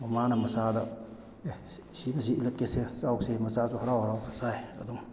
ꯃꯃꯥꯅ ꯃꯆꯥꯗ ꯑꯦ ꯁꯤꯅ ꯁꯤ ꯏꯜꯂꯛꯀꯦꯁꯦ ꯆꯥꯎꯁꯦ ꯃꯆꯥꯁꯨ ꯍꯔꯥꯎ ꯍꯔꯥꯎ ꯆꯥꯏ ꯑꯗꯨꯝ